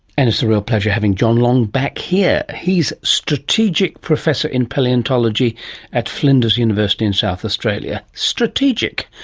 and it's a real pleasure having john long back here. he's strategic professor in palaeontology at flinders university in south australia. strategic!